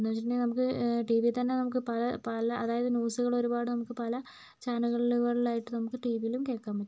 അപ്പോന്ന് വച്ചിട്ടുണ്ടെങ്കിൽ നമുക്ക് TV തന്നെ നമുക്ക് പല പല അതായത് ന്യൂസുകള് ഒരുപാട് നമുക്ക് പല ചാനലുകളിലായിട്ട് നമുക്ക് യൂട്യൂബിലും കേൾക്കാൻ പറ്റും